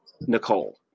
Nicole